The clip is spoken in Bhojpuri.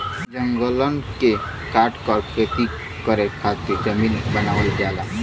जंगलन के काटकर खेती करे खातिर जमीन बनावल जाला